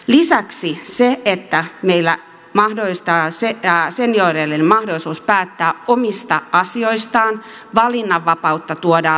lisäksi meillä mahdollistetaan senioreille mahdollisuus päättää omista asioistaan valinnanvapautta tuodaan lisää